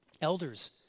Elders